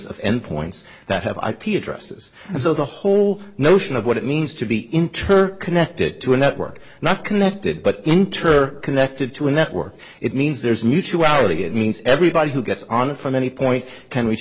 of endpoints that have ip addresses so the whole notion of what it means to be inter connected to a network not connected but inter connected to a network it means there's mutual ality it means everybody who gets on from any point